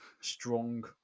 strong